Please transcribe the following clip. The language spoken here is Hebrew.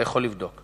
אתה יכול לבדוק.